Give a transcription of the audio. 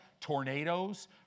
Tornadoes